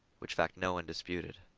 which fact no one disputed.